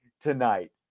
tonight